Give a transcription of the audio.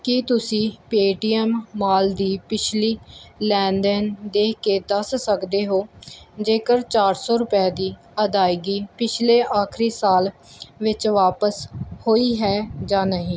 ਕੀ ਤੁਸੀਂਂ Paytm Mall ਦੀ ਪਿਛਲੀ ਲੈਣ ਦੇਣ ਦੇਖ ਕੇ ਦੱਸ ਸਕਦੇ ਹੋ ਜੇਕਰ ਚਾਰ ਸੌ ਰੁਪਏ ਦੀ ਅਦਾਇਗੀ ਪਿਛਲੇ ਆਖਰੀ ਸਾਲ ਵਿੱਚ ਵਾਪਸ ਹੋਈ ਹੈ ਜਾਂ ਨਹੀਂ